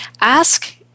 ask